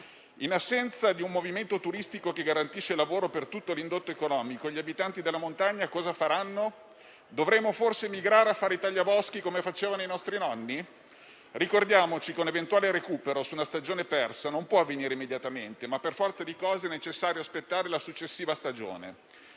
In assenza di un movimento turistico che garantisce lavoro per tutto l'indotto economico, gli abitanti della montagna cosa faranno? Dovremo forse migrare a fare i tagliaboschi come facevano i nostri nonni? Ricordiamoci che un eventuale recupero su una stagione persa non può avvenire immediatamente, ma, per forza di cose, è necessario aspettare la successiva stagione.